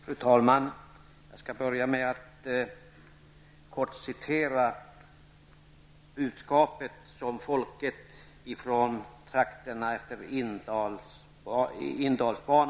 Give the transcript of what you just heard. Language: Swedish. Fru talman! Jag skall börja med att kort citera ett budskap från folket i trakterna kring inlandsbanan.